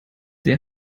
der